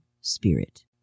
spirit